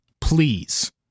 Please